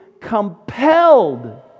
compelled